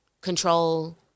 control